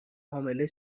حامله